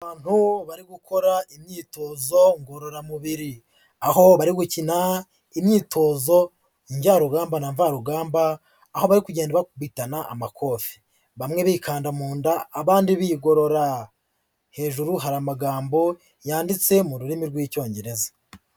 Abantu bari gukora imyitozo ngororamubiri, aho bari gukina imyitozo njyarugamba na mvarugamba, aho bari kugenda bakubitana amakofi, bamwe bikanda mu nda abandi bigorora, hejuru hari amagambo yanditse mu rurimi rw'Icyongereza.